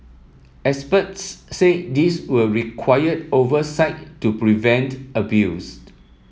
experts say this will require oversight to prevent abused